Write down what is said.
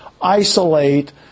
isolate